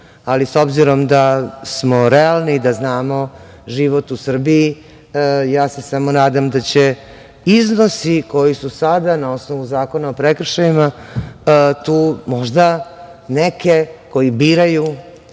ali s obzirom da smo realni i da znamo život u Srbiji ja se samo nadam da će iznosi koji su sada na osnovu Zakona o prekršajima tu, možda, neke koji biraju